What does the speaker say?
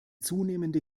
zunehmende